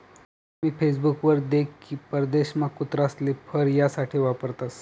मी Facebook वर देख की परदेशमा कुत्रासले फर यासाठे वापरतसं